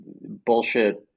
bullshit